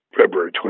February